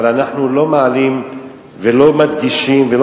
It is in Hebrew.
אבל אנחנו לא מעלים ולא מדגישים ולא